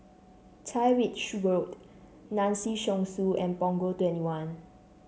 Tyrwhitt Road Tan Si Chong Su and Punggol Twenty one